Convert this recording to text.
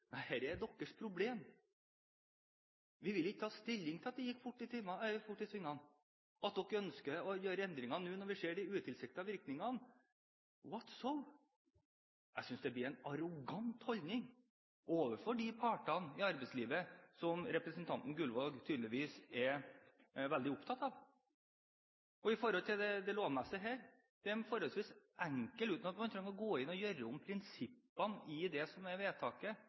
er deres problem. Vi vil ikke ta stilling til at det gikk fort i svingene, at dere ønsker å gjøre endringer nå når vi ser de utilsiktede virkningene. So what? Jeg synes det er en arrogant holdning overfor de partene i arbeidslivet som representanten Gullvåg tydeligvis er veldig opptatt av. Til det lovmessige her: Man trenger ikke gå inn og gjøre om prinsippene i det vedtaket som partene kom til enighet om. Det er